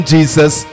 Jesus